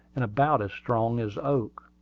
and about as strong as oak.